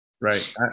Right